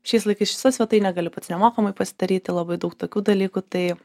šiais laikais iš viso svetainę gali pats nemokamai pasidaryti labai daug tokių dalykų tai